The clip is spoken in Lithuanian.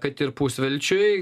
kad ir pusvelčiui